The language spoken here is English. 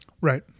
Right